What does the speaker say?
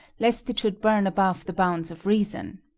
lest it should burn above the bounds of reason.